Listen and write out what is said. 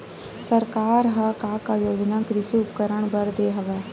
सरकार ह का का योजना कृषि उपकरण बर दे हवय?